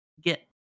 get